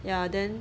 ya then